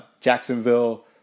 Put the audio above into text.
Jacksonville